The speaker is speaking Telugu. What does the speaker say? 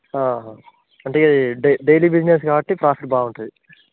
అంటే డై డైలీ బిజినెస్ కాబట్టి ప్రాఫిట్ బాగుంటుంది